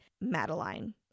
Madeline